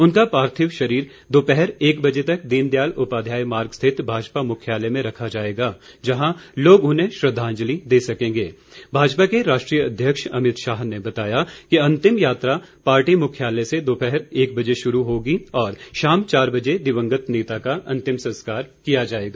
उनका पार्थिव शरीर दोपहर एक बजे तक दीनदयाल उपाध्याय मार्ग स्थित भाजपा मुख्यालय में रखा जाएगा जहां लोग उन्हें श्रद्वांजलि भाजपा के राष्ट्रीय अध्यक्ष अमित शाह ने बताया कि अंतिम यात्रा पार्टी मुख्यालय से दोपहर एक बजे शुरू होगी और शाम चार बजे दिवंगत नेता का अंतिम संस्कार किया जाएगा